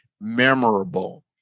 memorable